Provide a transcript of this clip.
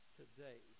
today